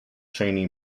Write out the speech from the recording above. cheney